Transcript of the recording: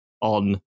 on